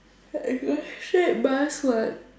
I got straight bus [what]